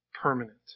permanent